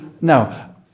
Now